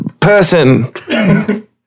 person